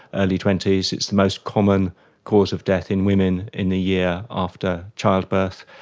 early twenty s. it's the most common cause of death in women in the year after childbirth.